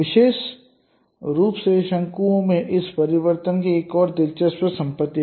विशेष रूप से शंकुओं में इस परिवर्तन की एक और दिलचस्प संपत्ति है